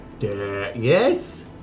Yes